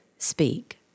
speak